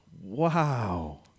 Wow